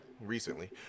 recently